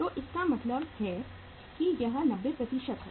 तो इसका मतलब है कि यह 90 है